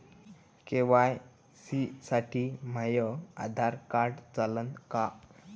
KYC साठी माह्य Aadhaar card चालन का?